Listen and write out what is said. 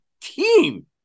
team